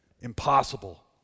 impossible